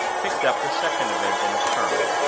picked up the second event in its turn,